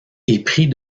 épris